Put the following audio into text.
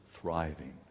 thriving